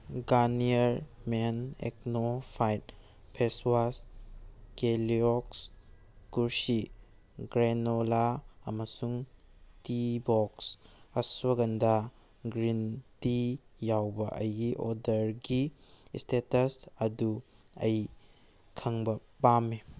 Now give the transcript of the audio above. Garnier men acno fight face wash Kellogg's ꯀꯨꯔꯁꯤ granola ꯑꯃꯁꯨꯡ tea box ashwagandha green tea ꯌꯥꯎꯕ ꯑꯩꯒꯤ ꯑꯣꯗꯔꯒꯤ ꯏꯁꯇꯦꯇꯁ ꯑꯗꯨ ꯑꯩ ꯈꯪꯕ ꯄꯥꯝꯏ